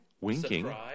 Winking